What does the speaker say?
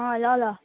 अँ ल ल